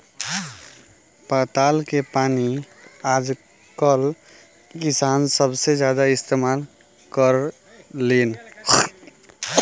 पताल के पानी आजकल किसान सबसे ज्यादा इस्तेमाल करेलेन